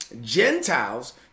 Gentiles